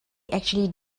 actually